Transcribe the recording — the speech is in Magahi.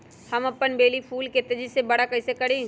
हम अपन बेली फुल के तेज़ी से बरा कईसे करी?